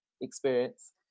experience